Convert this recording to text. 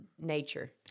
Nature